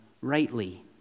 rightly